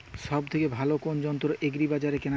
সব থেকে ভালো কোনো যন্ত্র এগ্রি বাজারে কেনা যায়?